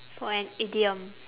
for an idiom